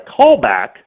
callback